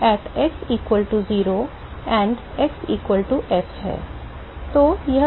तो यह T s minus T m at x equal to 0 and x equal to f है